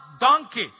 donkey